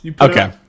Okay